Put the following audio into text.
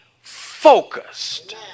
focused